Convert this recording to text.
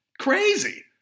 Crazy